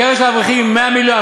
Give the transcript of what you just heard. הקרן של האברכים היא 100 מיליון,